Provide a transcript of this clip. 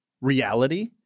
reality